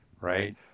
right